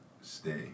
stay